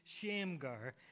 Shamgar